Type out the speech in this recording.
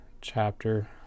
chapter